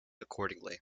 accordingly